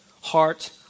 heart